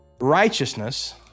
righteousness